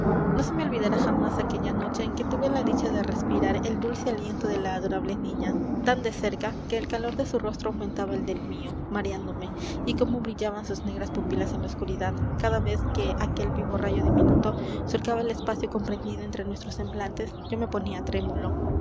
no se me olvidará jamás aquella noche en que tuve la dicha de respirar el dulce aliento de la adorable niña tan de cerca que el calor de su rostro aumentaba el del mío mareándome y cómo brillaban sus negras pupilas en la oscuridad cada vez que aquel vivo rayo diminuto surcaba el espacio comprendido entre nuestros semblantes yo me ponía trémulo